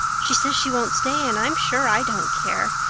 she says she won't stay and i'm sure i don't care.